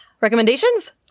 Recommendations